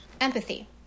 empathy